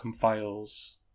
Files